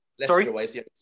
Sorry